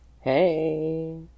Hey